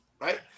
right